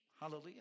hallelujah